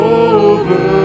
over